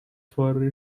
for